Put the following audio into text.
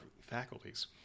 faculties